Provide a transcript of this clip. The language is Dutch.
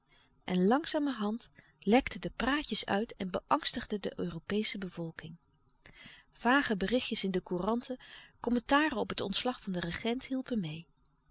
en langzamerhand lekten de praatjes uit en beangstigden de europeesche bevolking vage berichtjes in de couranten commentaren op het ontslag van den regent hielpen meê